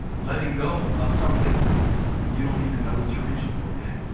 letting go of something when you don't even know what you're reaching for yet.